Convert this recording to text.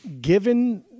Given